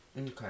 Okay